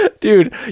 dude